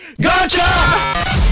Gotcha